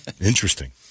Interesting